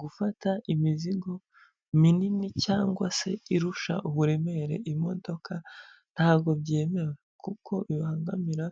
Gufata imizigo minini cyangwa se irusha uburemere imodoka ntabwo byemewe, kuko bibangamira